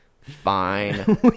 fine